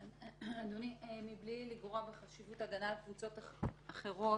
אדוני, מבלי לגרוע מחשיבות הגנה על קבוצות אחרות,